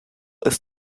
ist